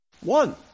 One